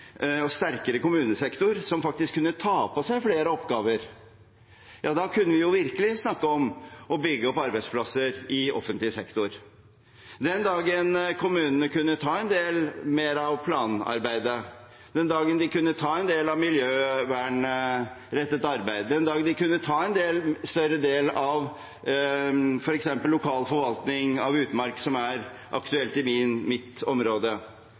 og sterkere kommunesektor som faktisk kunne ta på seg flere oppgaver, kunne vi virkelig snakke om å bygge opp arbeidsplasser i offentlig sektor. Den dagen kommunene kunne ta en del mer av planarbeidet, den dagen de kunne ta en del av miljøvernrettet arbeid, den dagen de kunne ta en større del av f.eks. lokal forvaltning av utmark, som er aktuelt i mitt område,